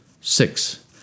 Six